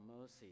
mercy